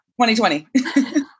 2020